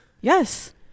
Yes